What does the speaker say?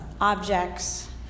objects